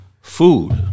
Food